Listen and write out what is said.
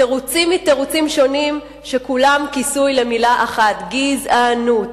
תירוצים מתירוצים שונים שכולם כיסוי למלה אחת: גזענות.